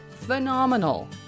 phenomenal